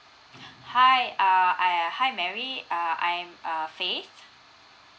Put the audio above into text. hi err ah ya hi mary err I'm uh faith